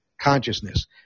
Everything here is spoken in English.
consciousness